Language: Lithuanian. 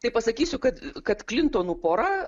tai pasakysiu kad kad klintonų pora